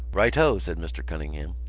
righto! said mr. cunningham.